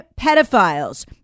pedophiles